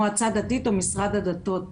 מועצה דתית או משרד הדתות.